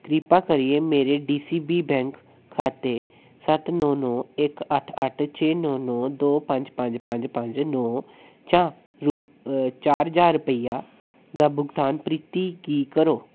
कृपा करियै मेरे डी सी बी बैंक खाते सत्त नौ नौ इक अट्ठ अट्ठ छे नौ नौ दो पंज पंज पंज पंज नौ चा रू चार ज्हार रपेइआ दा भुगतान प्रीति गी करो